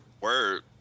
word